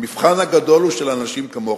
המבחן הגדול הוא של אנשים כמוכם,